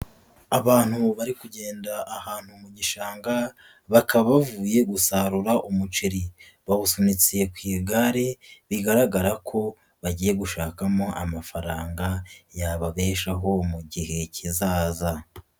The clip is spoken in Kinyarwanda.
Abantu bari kugenda ahantu mu gishanga, bakaba bavuye gusarura umuceri, bawusunitse ku igare, bigaragara ko bagiye gushakamo amafaranga yababeshaho mu gihe kizaza.